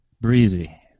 Breezy